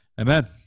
Amen